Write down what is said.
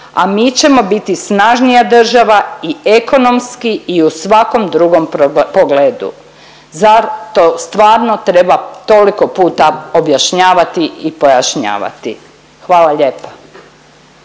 a mi ćemo biti snažnija država i ekonomski i u svakom drugom pogledu. Zar to stvarno treba toliko puta objašnjavati i pojašnjavati. Hvala lijepo.